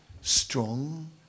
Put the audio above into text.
strong